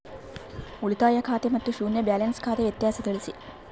ಉಳಿತಾಯ ಖಾತೆ ಮತ್ತೆ ಶೂನ್ಯ ಬ್ಯಾಲೆನ್ಸ್ ಖಾತೆ ವ್ಯತ್ಯಾಸ ತಿಳಿಸಿ?